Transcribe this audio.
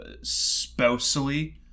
spousally